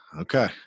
Okay